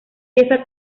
pieza